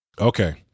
Okay